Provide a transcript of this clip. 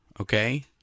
Okay